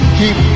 keep